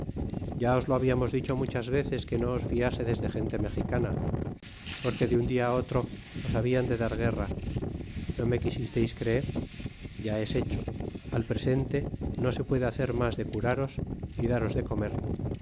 ya os lo habiamos dicho muchas veces que no os fiasedes de gente mexicana porque de un dia otro os hablan de dar guerra no me quisistes creer ya es hecho al presente no se puede hacer mas de curaros y claros de comer